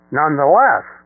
nonetheless